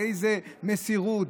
באיזו מסירות,